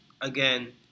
again